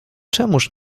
czemuż